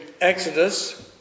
Exodus